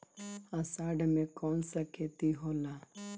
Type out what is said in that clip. अषाढ़ मे कौन सा खेती होला?